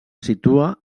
situa